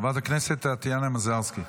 חברת הכנסת טטיאנה מזרסקי.